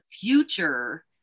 future